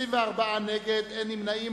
24 נגד, אין נמנעים.